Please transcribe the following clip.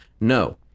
No